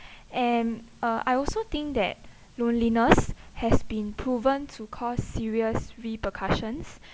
and uh I also think that loneliness has been proven to cause serious repercussions